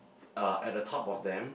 uh at the top of them